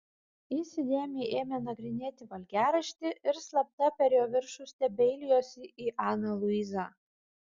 jis įdėmiai ėmė nagrinėti valgiaraštį ir slapta per jo viršų stebeilijosi į aną luizą